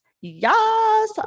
yes